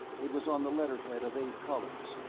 it was on the letterhead of eight colors,